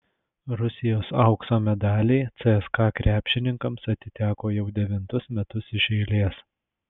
rusijos aukso medaliai cska krepšininkams atiteko jau devintus metus iš eilės